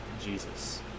Jesus